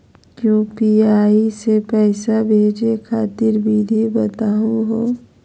UPI स पैसा भेजै खातिर विधि बताहु हो?